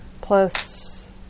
plus